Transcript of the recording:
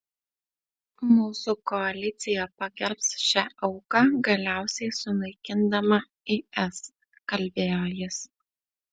mūsų koalicija pagerbs šią auką galiausiai sunaikindama is kalbėjo jis